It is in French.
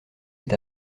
est